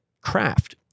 craft